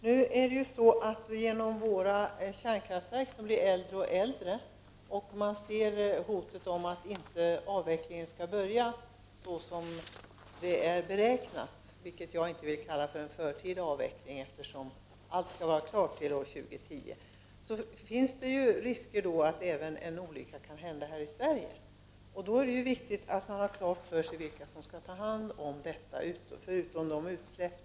Genom att våra kärnkraftverk blir äldre och äldre, och när man ser hur hotet om att avvecklingen inte skall börja så som det är beräknat — vilket jag inte vill kalla för en förtida avveckling, eftersom allt skall vara klart till år 2010 —- finns det risk att en olycka kan hända här i Sverige. Då är det ju viktigt att man har klart för sig vilka som skall ta hand om detta, förutom själva utsläppen.